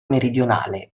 meridionale